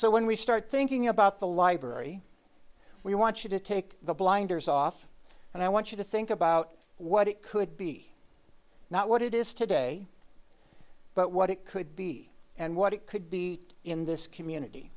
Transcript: so when we start thinking about the library we want you to take the blinders off and i want you to think about what it could be not what it is today but what it could be and what it could be in this community